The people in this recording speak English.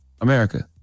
America